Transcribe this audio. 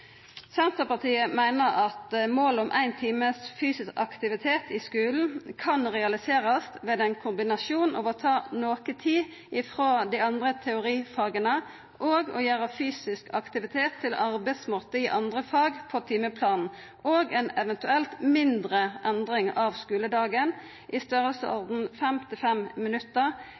Senterpartiet meiner at målet om ein times fysisk aktivitet i skulen kan realiserast ved ein kombinasjon av å ta noko tid frå dei andre teorifaga og ved å gjera fysisk aktivitet til arbeidsmåte i andre fag på timeplanen, eventuelt òg ved ei mindre endring av skuledagen i